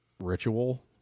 ritual